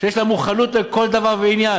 יש להם מוכנות לכל דבר ועניין.